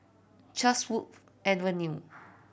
Chatsworth Avenue